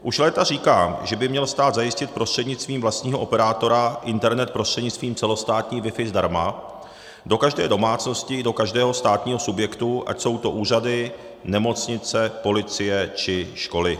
Už léta říkám, že by měl stát zajistit prostřednictvím vlastního operátora internet prostřednictvím celostátní WiFi zdarma do každé domácnosti, do každého státního subjektu, ať jsou to úřady, nemocnice, policie či školy.